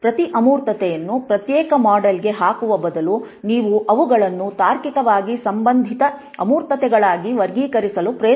ಪ್ರತಿ ಅಮೂರ್ತತೆಯನ್ನು ಪ್ರತ್ಯೇಕ ಮಾಡ್ಯೂಲ್ಗೆ ಹಾಕುವ ಬದಲು ನೀವು ಅವುಗಳನ್ನು ತಾರ್ಕಿಕವಾಗಿ ಸಂಬಂಧಿತ ಅಮೂರ್ತತೆಗಳಾಗಿ ವರ್ಗೀಕರಿಸಲು ಪ್ರಯತ್ನಿಸಿ